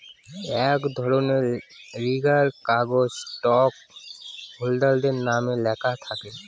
এক ধরনের লিগ্যাল কাগজ স্টক হোল্ডারদের নামে লেখা থাকে